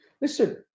Listen